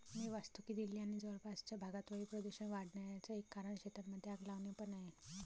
मी वाचतो की दिल्ली आणि जवळपासच्या भागात वायू प्रदूषण वाढन्याचा एक कारण शेतांमध्ये आग लावणे पण आहे